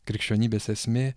krikščionybės esmė